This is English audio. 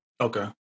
Okay